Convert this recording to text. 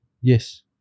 Yes